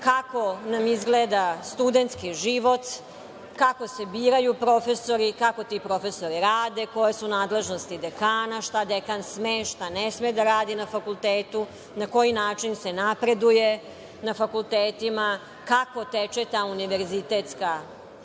kako nam izgleda studentski život, kako se biraju profesori, kako ti profesori rade, koje su nadležnosti dekana, šta dekan sme, šta ne sme da radi na fakultetu, na koji način se napreduje na fakultetima, kako teče ta univerzitetska